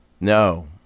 No